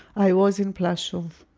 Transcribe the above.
i was in plaszow,